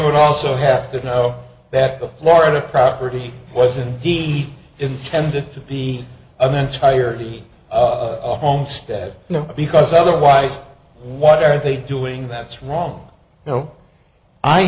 would also have to know that the florida property wasn't he intended to be an entirely homestead you know because otherwise what are they doing that's wrong you know i